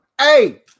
hey